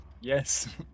Yes